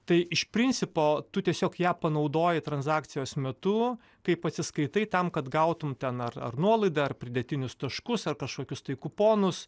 tai iš principo tu tiesiog ją panaudoji transakcijos metu kai pasiskaitai tam kad gautum ten ar ar nuolaidą ar pridėtinius taškus ar kažkokius tai kuponus